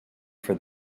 for